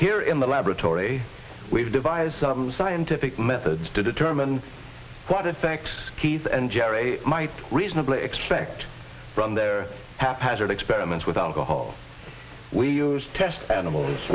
here in the laboratory we've devised some scientific method to determine what effect keith and jerry might reasonably expect from their haphazard experiments with alcohol we use test animals